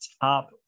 top